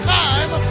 time